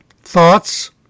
Thoughts